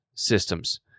systems